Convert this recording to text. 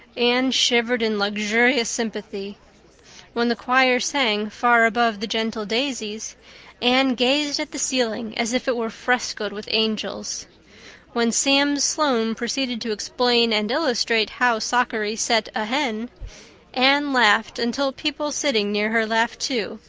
anne shivered in luxurious sympathy when the choir sang far above the gentle daisies anne gazed at the ceiling as if it were frescoed with angels when sam sloane proceeded to explain and illustrate how sockery set a hen anne laughed until people sitting near her laughed too,